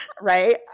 Right